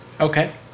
Okay